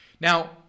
Now